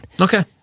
Okay